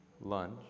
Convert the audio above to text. lunge